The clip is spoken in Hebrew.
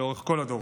לאורך כל הדורות.